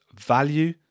value